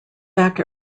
back